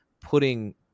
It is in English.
putting